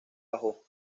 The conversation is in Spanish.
bajó